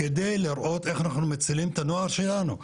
על מנת לראות איך אנחנו מצילים את הנוער שלנו,